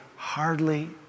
Hardly